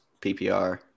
PPR